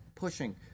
pushing